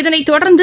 இதனைத்தொடர்ந்து